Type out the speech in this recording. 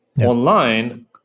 Online